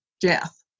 death